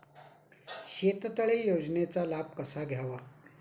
शेततळे योजनेचा लाभ कसा घ्यावा?